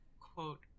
quote